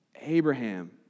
Abraham